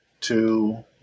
two